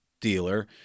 dealer